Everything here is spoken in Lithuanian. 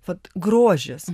vat grožis